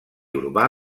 urbà